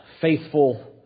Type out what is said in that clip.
faithful